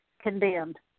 condemned